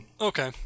Okay